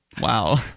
Wow